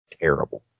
terrible